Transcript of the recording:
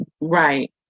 Right